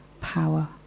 power